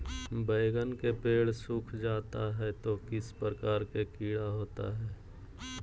बैगन के पेड़ सूख जाता है तो किस प्रकार के कीड़ा होता है?